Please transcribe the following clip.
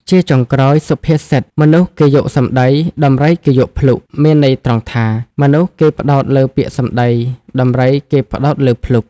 ជាចុងក្រោយ សុភាសិត មនុស្សគេយកសម្តី ដំរីគេយកភ្លុក មានន័យត្រង់ថា មនុស្សគេផ្ដោតលើពាក្យសម្ដី ដំរីគេផ្ដោតលើភ្លុក។